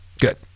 Good